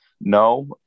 No